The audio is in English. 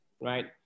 right